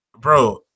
bro